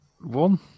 one